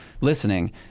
listening